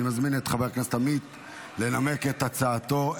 אני מזמין את חבר הכנסת עמית לנמק את הצעתו.